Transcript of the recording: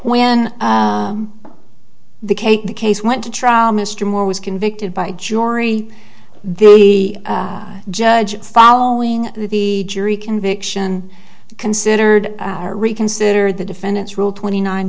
when the cake the case went to trial mr moore was convicted by a jury the judge following the jury conviction considered reconsider the defendant's rule twenty nine